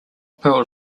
pearl